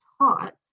taught